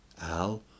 Al